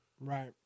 right